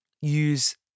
use